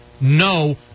No